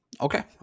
okay